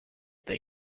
they